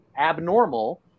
abnormal